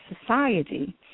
society